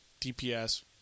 DPS